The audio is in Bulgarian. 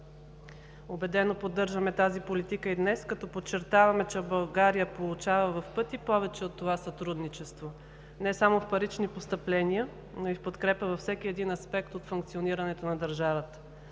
Убедено поддържаме тази политика и днес, като подчертаваме, че България получава в пъти повече от това сътрудничество, не само в парични постъпления, но и в подкрепа във всеки един аспект от функционирането на държавата.